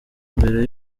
mbere